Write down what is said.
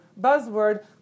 buzzword